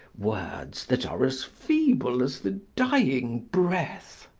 words that are as feeble as the dying breath!